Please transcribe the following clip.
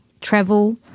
travel